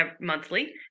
monthly